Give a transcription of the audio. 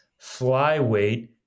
flyweight